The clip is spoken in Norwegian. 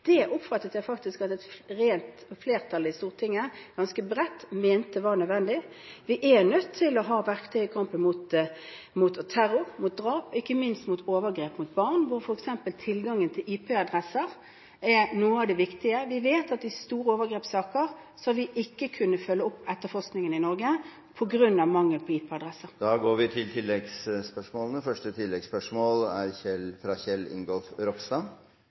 Det oppfattet jeg faktisk at et rent flertall i Stortinget – ganske bredt – mente var nødvendig. Vi er nødt til å ha verktøy i kampen mot terror, mot drap og ikke minst mot overgrep mot barn, hvor f.eks. tilgangen til IP-adresser er noe av det viktige. Vi vet at vi i store overgrepssaker ikke har kunnet følge opp etterforskningen i Norge på grunn av mangel på IP-adresser. Vi går til oppfølgingsspørsmålene – først Kjell Ingolf Ropstad. Litt av hovedutfordringa også med datalagringsdirektivet er